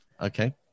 Okay